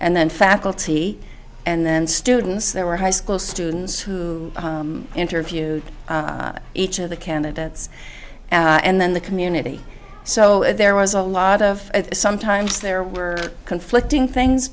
and then faculty and then students there were high school students who interviewed each of the candidates and then the community so there was a lot of sometimes there were conflicting things